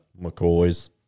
McCoys